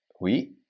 Oui